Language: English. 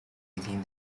within